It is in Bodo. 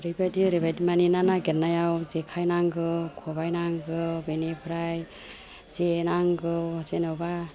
ओरैबायदि ओरैबायदि मानि ना नागेरनायाव जेखाइ नांगौ खबाइ नांगौ बिनिफ्राइ जे नांगौ जेन'बा